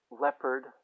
leopard